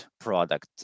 product